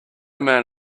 man